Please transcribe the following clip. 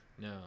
No